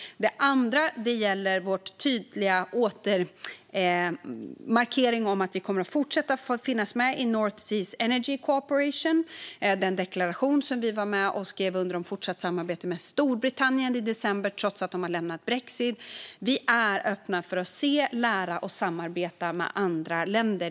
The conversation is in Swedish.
Jag vill även nämna vår tydliga markering att vi kommer att fortsätta finnas med i North Seas Energy Cooperation, den deklaration som vi var med och skrev under om fortsatt samarbete med Storbritannien i december trots brexit. Vi är öppna för att se, lära och samarbeta med andra länder.